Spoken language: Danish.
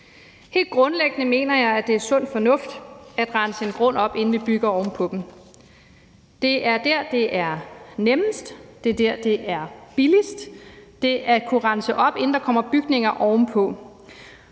Helt grundlæggende mener jeg, det er sund fornuft at rense en grund op, inden vi bygger oven på den. Det er der, det er nemmest, det er der, det er billigst, altså at rense op, inden der kommer bygninger ovenpå.